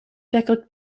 pickled